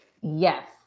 yes